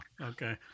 Okay